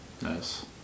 Nice